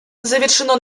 завершено